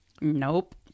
nope